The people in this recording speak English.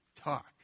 talk